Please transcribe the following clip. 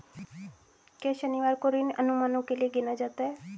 क्या शनिवार को ऋण अनुमानों के लिए गिना जाता है?